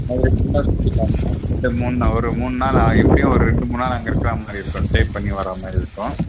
மதுரை ஃபுல்லாக சுற்றி காட்டணும் ரெண்டு மூண் ஒரு மூணு நாள் எப்படியும் ஒரு ரெண்டு மூணு நாள் அங்கே இருக்கிற மாதிரி இருக்கும் ஸ்டே பண்ணி வர மாதிரி இருக்கும்